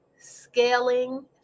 scaling